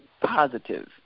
positive